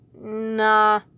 Nah